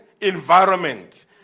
environment